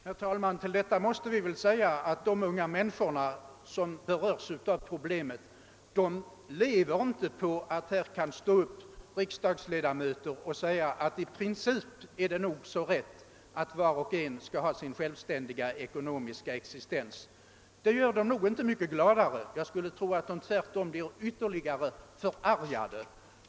Herr talman! Till detta måste man väl säga att de unga människor som berörs av problemet inte kan leva på att riksdagsledamöter står upp och säger att det i princip är riktigt att var och en skall ha sin självständiga ekonomiska existens. Detta gör dem nog inte mycket gladare. Jag skulle tro att de tvärtom blir ytterligare förargade.